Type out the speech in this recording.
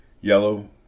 yellow